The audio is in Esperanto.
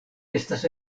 estas